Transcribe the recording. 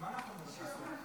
אז מה אנחנו אמורים לעשות?